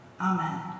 Amen